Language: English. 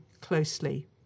closely